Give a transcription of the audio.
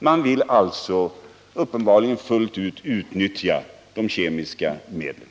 Man vill uppenbarligen fullt ut utnyttja de kemiska medlen.